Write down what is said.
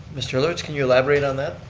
mr. herlovich, can you elaborate on that?